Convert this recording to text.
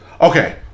Okay